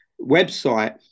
website